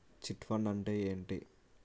Chit fund అంటే ఏంటి?